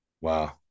Wow